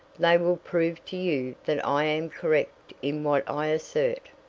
they will prove to you that i am correct in what i assert.